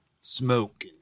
Smoke